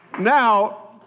now